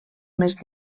més